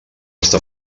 està